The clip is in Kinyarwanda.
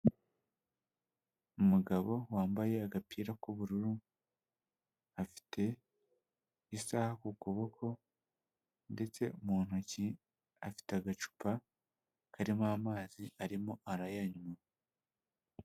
Umugabo wambaye agapira k'ubururu afite isaha ku kuboko ndetse mu ntoki afite agacupa karimo amazi arimo arayanywa.